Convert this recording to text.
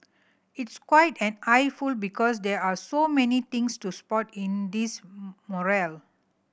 it's quite an eyeful because there are so many things to spot in this mural